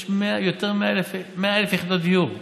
יש יותר מ-100,000 יחידות דיור בתכנון.